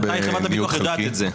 מתי חברת הביטוח יודעת את זה?